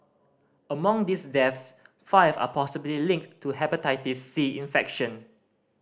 among these depths five are possibly linked to Hepatitis C infection